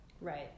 right